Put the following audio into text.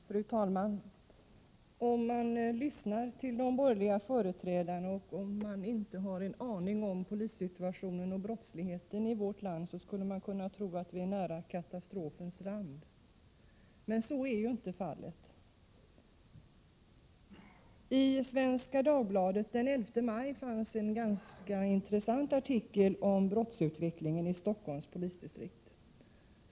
Fru talman! Om man lyssnar till de borgerliga företrädarna och om man inte har en aning om polissituationen och brottsutvecklingen i vårt land, skulle man kunna tro att vi är nära katastrofens rand. Men så är inte fallet. I Svenska Dagbladet av den 11 maj finns en ganska intressant artikel om brottsutvecklingen i Stockholms polisdistrikt.